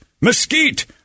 mesquite